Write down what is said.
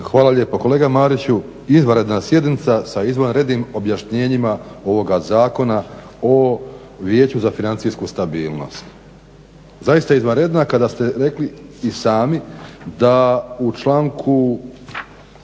Hvala lijepo. Kolega Mariću, izvanredna sjednica sa izvanrednim objašnjenjima ovoga Zakona o vijeću za financijsku stabilnost. Zaista izvanredna kada ste rekli i sami da u članku